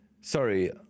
Sorry